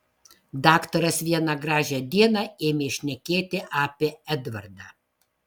daktaras vieną gražią dieną ėmė šnekėti apie edvardą